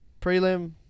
Prelim